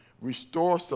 restore